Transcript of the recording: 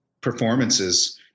performances